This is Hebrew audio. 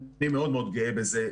אני מאוד מאוד גאה בזה,